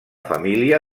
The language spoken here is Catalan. família